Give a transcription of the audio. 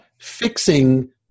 fixing